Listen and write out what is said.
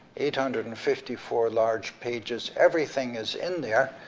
eight hundred and fifty four large pages, everything is in there,